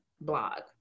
blog